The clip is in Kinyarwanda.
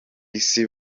isi